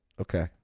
okay